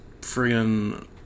friggin